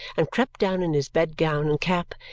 and crept down in his bed-gown and cap,